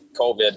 COVID